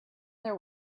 their